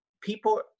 people